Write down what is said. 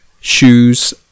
shoes